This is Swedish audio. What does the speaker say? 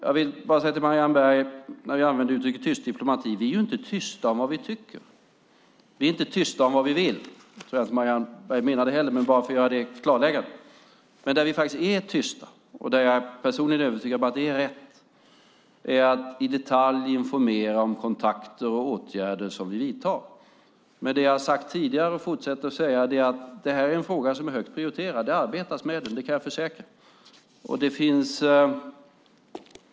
Jag vill bara säga till Marianne Berg, när vi använder uttrycket tyst diplomati, att vi inte är tysta om vad vi tycker. Vi är inte tysta om vad vi vill. Det tror jag inte heller att Marianne Berg menade, men jag vill bara göra det klarläggandet. Men där vi faktiskt är tysta, och där jag personligen är övertygad om att det är rätt, är med att i detalj informera om kontakter och åtgärder som vi vidtar. Det som jag har sagt tidigare och fortsätter att säga är att det här är en fråga som är högt prioriterad. Det arbetas med den. Det kan jag försäkra.